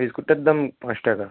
বিস্কুটের দাম পাঁচ টাকা